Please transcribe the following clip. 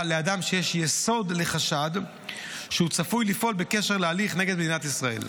לאדם שיש יסוד לחשד שהוא צפוי לפעול בקשר להליך נגד מדינת ישראל.